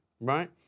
right